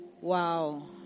Wow